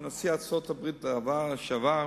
עם נשיא ארצות-הברית לשעבר,